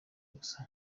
gusa